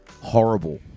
horrible